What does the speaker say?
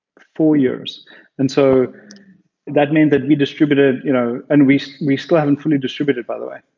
four years and so that meant that we distributed you know and we so we still haven't fully distributed by the way,